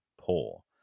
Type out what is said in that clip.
poor